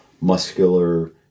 muscular